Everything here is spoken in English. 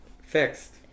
Fixed